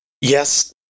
yes